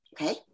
okay